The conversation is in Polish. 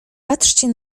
patrzcie